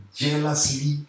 jealously